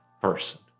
person